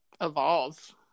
evolve